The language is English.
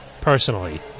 personally